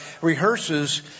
rehearses